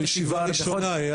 זו ישיבה ראשונה.